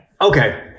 Okay